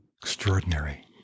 Extraordinary